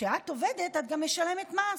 כשאת עובדת את גם משלמת מס,